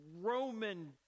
Roman